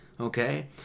Okay